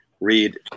Read